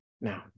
now